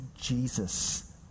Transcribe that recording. Jesus